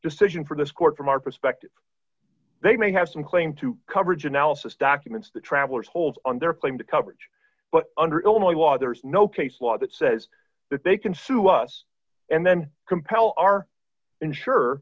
decision for this court from our perspective they may have some claim to coverage analysis documents the traveller's holds on their claim to coverage but under illinois law there is no case law that says that they can sue us and then compel our insure